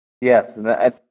Yes